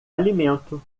alimento